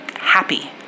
happy